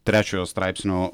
trečiojo straipsnio